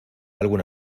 alguna